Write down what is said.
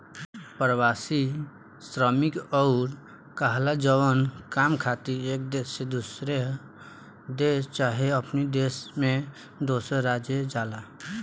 प्रवासी श्रमिक उ कहाला जवन काम खातिर एक देश से दोसर देश चाहे अपने देश में दोसर राज्य जाला